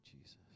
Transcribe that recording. Jesus